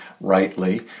rightly